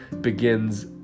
begins